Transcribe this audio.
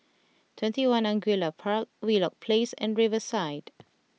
Twenty One Angullia Park Wheelock Place and Riverside